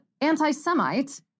anti-Semite